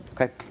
okay